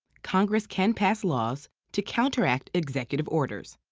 congress can pass laws to counteract executive orders,